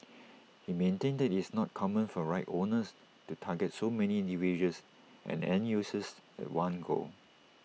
he maintained IT is not common for rights owners to target so many individuals and end users one go